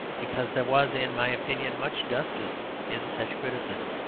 because there was, in my opinion, much justice in such criticism.